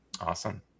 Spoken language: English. Awesome